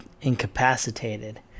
incapacitated